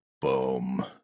boom